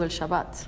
Shabbat